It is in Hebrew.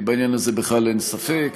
בעניין הזה בכלל אין ספק.